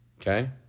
Okay